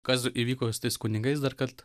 kas įvyko tais kunigais dar kartą